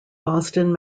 boston